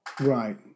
Right